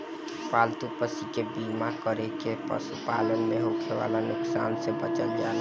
पालतू पशु के बीमा कर के पशुपालन में होखे वाला नुकसान से बचल जाला